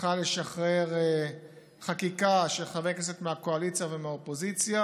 צריכה לשחרר חקיקה של חברי כנסת מהקואליציה ומהאופוזיציה,